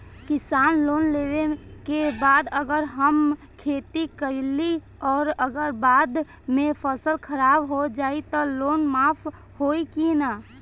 किसान लोन लेबे के बाद अगर हम खेती कैलि अउर अगर बाढ़ मे फसल खराब हो जाई त लोन माफ होई कि न?